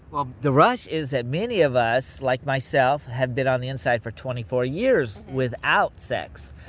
well, the rush is that many of us, like myself, have been on the inside for twenty four years without sex.